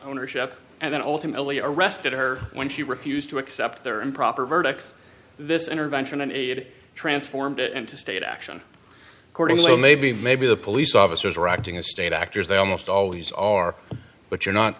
ownership and then ultimately arrested her when she refused to accept their improper verdicts this intervention an aide transformed it into state action according so maybe maybe the police officers are acting as state actors they almost always are but you're not